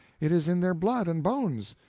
it is in their blood and bones.